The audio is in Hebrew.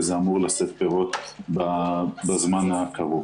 וזה אמור לשאת פירות בזמן הקרוב.